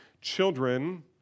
Children